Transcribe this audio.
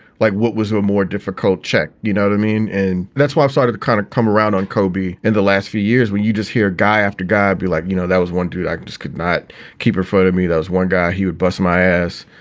like what was a more difficult check? you know what i mean? and that's why i've started to kind of come around on kobe in the last few years when you just hear guy after guy. you're like, you know, that was one dude. i just could not keep her foot to me. that was one guy. he would bust my ass,